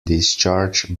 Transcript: discharge